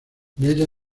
ella